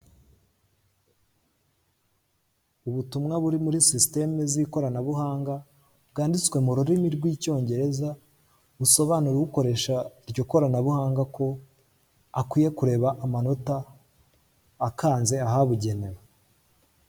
Ubutumwa buri muri sisiteme z'ikoranabuhanga, bwanditswe mu rurimi rIcyongereza, busobanurira ukoresha iryo koranabuhanga ko akwiye kureba amanota, akanze ahabugenewe.